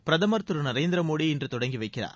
பிரதமர் திரு நரேந்திர மோடி இன்று தொடங்கி வைக்கிறார்